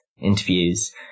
interviews